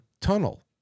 tunnel